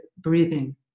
breathing